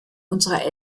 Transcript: unserer